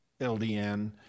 LDN